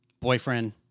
Boyfriend